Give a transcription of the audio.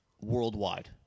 worldwide